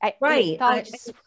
right